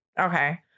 Okay